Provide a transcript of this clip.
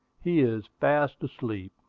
he is fast asleep.